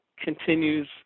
Continues